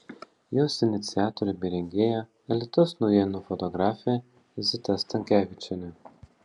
jos iniciatorė bei rengėja alytaus naujienų fotografė zita stankevičienė